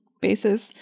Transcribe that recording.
basis